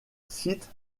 site